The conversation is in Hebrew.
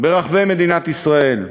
ברחבי מדינת ישראל.